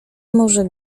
może